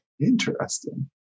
Interesting